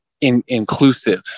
inclusive